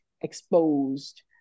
exposed